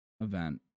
event